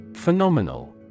Phenomenal